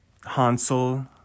Hansel